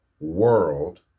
world